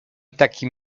takim